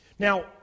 Now